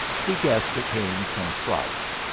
he guessed it came from fright,